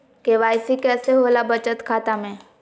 KYC कैसे होला बचत खाता में?